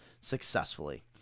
successfully